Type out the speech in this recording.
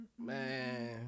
Man